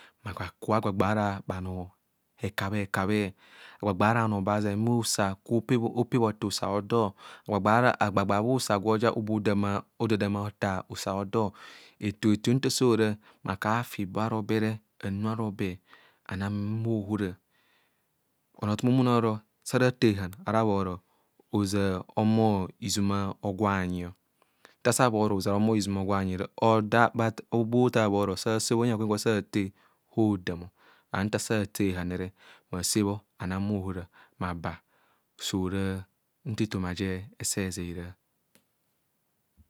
Ahumo akubho agbabga ara bhanoo hekabho hekabhe, agbagba ara bhanoo ba usa oobe ooeb othaa usa odo, agbagba ara bha usa gwe odadmma othaa usa odo. Ɛto- oho- eto nta osa ora mma akubho afi ibo araobe re anu ara obe anang bha ohora. Onoothum a hohumono oro sa ara athee hehan ara bhorohoʒar a hohumo izuma hogwanyi. Nta asa bhorohoʒar ha humo iʒuma hogwanyi re odaa bothaa bhoro huyana akwwn kwase athe re hoso odaam.